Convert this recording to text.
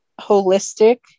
holistic